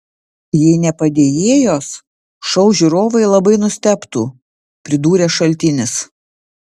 jei ne padėjėjos šou žiūrovai labai nustebtų pridūrė šaltinis